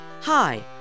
Hi